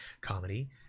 comedy